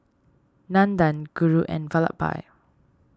Nandan Guru and Vallabhbhai